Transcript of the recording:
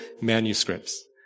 manuscripts